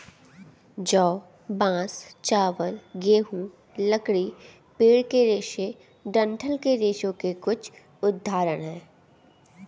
जौ, बांस, चावल, गेहूं, लकड़ी, पेड़ के रेशे डंठल के रेशों के कुछ उदाहरण हैं